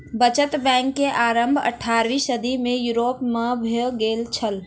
बचत बैंक के आरम्भ अट्ठारवीं सदी में यूरोप में भेल छल